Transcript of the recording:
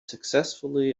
successfully